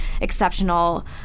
exceptional